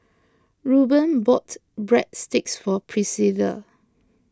Ruben bought Breadsticks for Priscilla